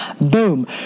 Boom